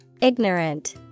ignorant